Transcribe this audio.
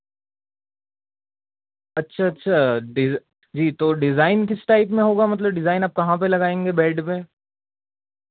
اچھا اچھا جی تو ڈیزائن کس ٹائپ میں ہوگا مطلب ڈیزائن آپ کہاں پہ لگائیں گے بیڈ پہ